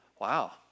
Wow